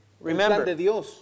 Remember